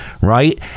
right